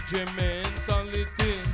Mentality